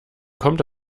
kommt